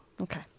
Okay